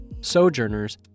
Sojourners